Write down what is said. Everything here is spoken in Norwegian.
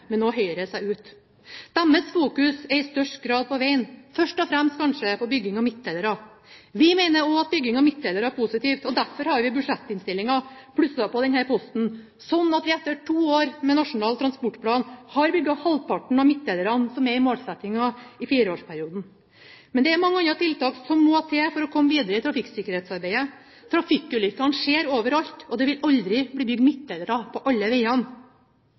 Høyre, seg ut. De fokuserer i størst grad på vegen, først og fremst kanskje på bygging av midtdelere. Vi mener også at bygging av midtdelere er positivt. Derfor har vi i budsjettinstillingen plusset på denne posten, slik at vi etter to år med Nasjonal transportplan har bygd halvparten av midtdelerne som er målsettingen i fireårsperioden. Men det er mange andre tiltak som må til for å komme videre i trafikksikkerhetsarbeidet. Trafikkulykkene skjer overalt, og det vil aldri bli bygd midtdelere på alle